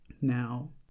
now